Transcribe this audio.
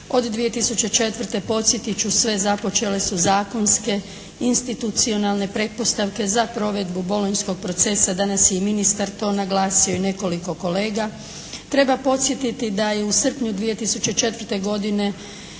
Od 2004. podsjetit ću sve započele su zakonske, institucionalne pretpostavke za provedbu “Bolonjskog procesa“. Danas je i ministar to naglasio i nekoliko kolega. Treba podsjetiti da je u srpnju 2004. godine